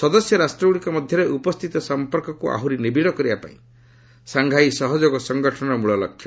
ସଦସ୍ୟ ରାଷ୍ଟ୍ରଗୁଡ଼ିକ ମଧ୍ୟରେ ଉପସ୍ଥିତ ସମ୍ପର୍କକୁ ଆହୁରି ନିବିଡ଼ କରିବା ପାଇଁ ସାଂଘାଇ ସହଯୋଗ ସଂଗଠନର ମୂଳ ଲକ୍ଷ୍ୟ